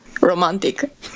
romantic